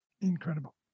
Incredible